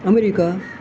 America